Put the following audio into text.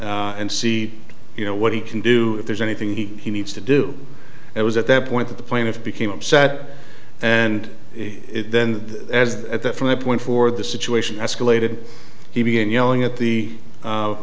g and see you know what he can do if there's anything he needs to do it was at that point the plaintiff became upset and then as at that from my point for the situation escalated he began yelling at the